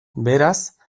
beraz